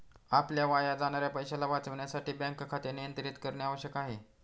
आपल्या वाया जाणाऱ्या पैशाला वाचविण्यासाठी बँक खाते नियंत्रित करणे आवश्यक आहे